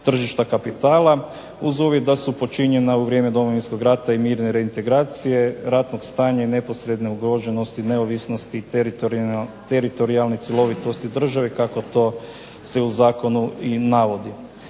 tržišta kapitala, uz uvjet da su počinjena u vrijeme Domovinskog rata i mirne reintegracije ratnog stanja neposredne ugroženosti neovisnosti teritorijalne cjelovitosti države kako to se u zakonu i navodi.